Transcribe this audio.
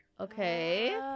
okay